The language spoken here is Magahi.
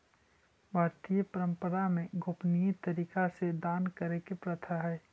भारतीय परंपरा में गोपनीय तरीका से दान करे के प्रथा हई